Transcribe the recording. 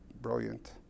brilliant